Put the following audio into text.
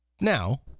Now